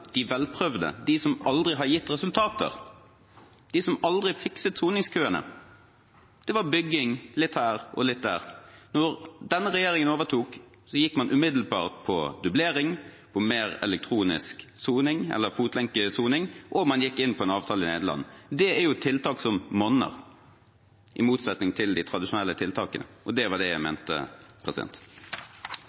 de tradisjonelle, de velprøvde, de som aldri har gitt resultater, de som aldri fikset soningskøene. Det var bygging litt her og litt der. Da denne regjeringen overtok, gikk man umiddelbart inn for dublering, mer elektronisk soning – fotlenkesoning – og man inngikk en avtale med Nederland. Det er tiltak som monner, i motsetning til de tradisjonelle tiltakene. Det var det jeg mente.